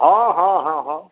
हॅं हॅं हॅं हॅं